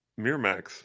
Miramax